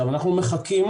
אנחנו מחכים